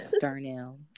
Darnell